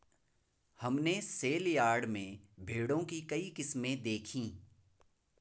हमने सेलयार्ड में भेड़ों की कई किस्में देखीं